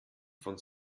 von